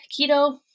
Keto